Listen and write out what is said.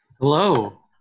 Hello